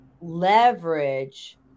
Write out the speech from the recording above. leverage